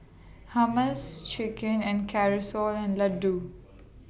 Hummus Chicken and and Ladoo